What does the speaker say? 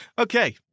Okay